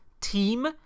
team